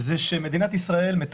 מה הסיכויים של זה?